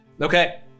Okay